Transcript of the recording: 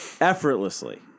Effortlessly